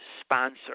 sponsor